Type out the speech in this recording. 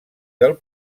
del